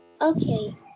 okay